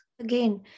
Again